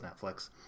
Netflix